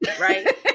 right